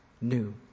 new